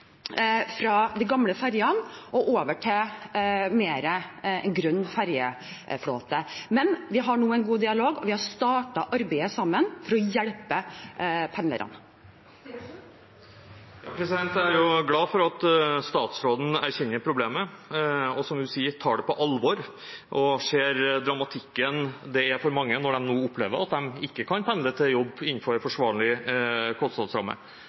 fra de gamle ferjene og over til en grønnere ferjeflåte. Vi har nå en god dialog, og vi har startet arbeidet sammen for å hjelpe pendlerne. Jeg er glad for at statsråden erkjenner problemet og – som hun sier – tar det «på alvor», og ser dramatikken det er for mange når de nå opplever at de ikke kan pendle til jobb innenfor en forsvarlig kostnadsramme.